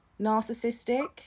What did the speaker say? narcissistic